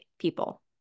people